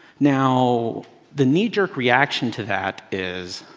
now the knee jerk reaction to that is,